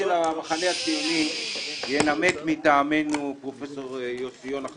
שהרשימה המשותפת לא מסוגלת